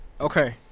Okay